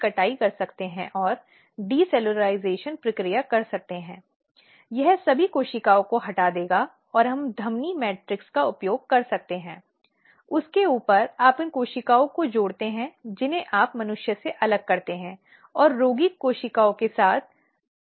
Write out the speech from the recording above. इसलिए इसे कार्यस्थल पर एक सुरक्षित कार्य वातावरण प्रदान करना चाहिए इसे कार्यस्थल में यौन उत्पीड़न पर कानून और आंतरिक शिकायत समिति संगठित कार्यशालाओं और नियमित स्तर पर इस कार्यक्रमों के बारे में जागरूकसुस्पष्ट जगह पर प्रदर्शित करना होगा